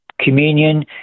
communion